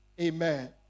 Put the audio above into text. Amen